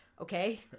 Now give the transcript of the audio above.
Okay